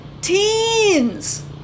Teens